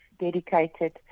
dedicated